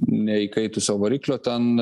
ne įkaitusio variklio ten